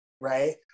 Right